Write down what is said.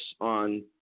on